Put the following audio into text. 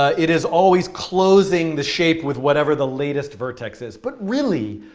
ah it is always closing the shape with whatever the latest vertex is. but really,